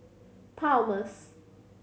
Palmer's